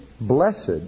blessed